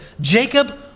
Jacob